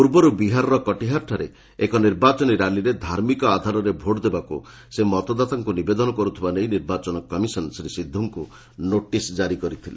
ପୂର୍ବରୁ ବିହାରର କଟିହାରଠାରେ ଏକ ନିର୍ବାଚନୀ ର୍ୟାଲିରେ ଧାର୍ମିକ ଆଧାରରେ ଭୋଟ୍ ଦେବାକୁ ସେ ମତଦାତାଙ୍କୁ ନିବେଦନ କରୁଥିବା ନେଇ ନିର୍ବାଚନ କମିଶନ ଶ୍ରୀ ସିଦ୍ଧୁଙ୍କୁ ନୋଟିସ୍ ଜାରି କରିଥିଲେ